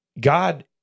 God